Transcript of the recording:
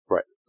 Right